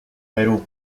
perú